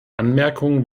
anmerkungen